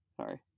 Sorry